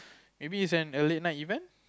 maybe is an a late night event